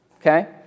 okay